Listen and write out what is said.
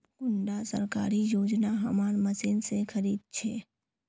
कुंडा सरकारी योजना हमार मशीन से खरीद छै?